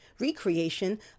recreation